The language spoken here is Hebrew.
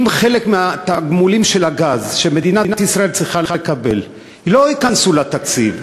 אם חלק מהתגמולים של הגז שמדינת ישראל צריכה לקבל לא ייכנסו לתקציב,